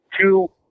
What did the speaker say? two